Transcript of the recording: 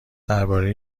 درباره